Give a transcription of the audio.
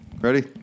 Ready